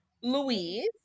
Louise